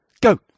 Go